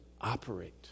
operate